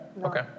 okay